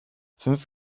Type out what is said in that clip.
fünf